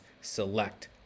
select